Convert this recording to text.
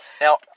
Now